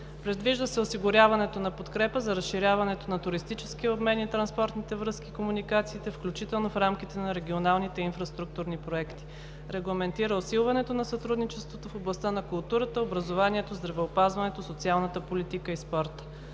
Предвижда се осигуряването на подкрепа за разширяването на туристическия обмен и на транспортните връзки и комуникациите, включително в рамките на регионалните инфраструктурни проекти. Регламентира усилването на сътрудничеството в областта на културата, образованието, здравеопазването, социалната политика и спорта.